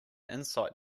insight